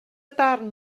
darn